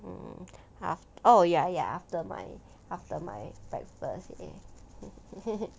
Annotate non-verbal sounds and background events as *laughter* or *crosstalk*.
hmm aft~ oh ya ya after my after my breakfast *laughs*